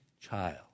child